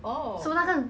so 那个